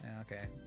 Okay